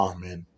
Amen